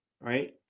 right